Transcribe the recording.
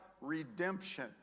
redemption